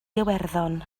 iwerddon